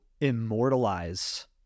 immortalize